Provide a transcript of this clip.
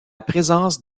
présence